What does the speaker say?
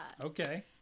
Okay